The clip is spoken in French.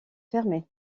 fermées